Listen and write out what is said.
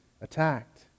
attacked